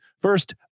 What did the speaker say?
First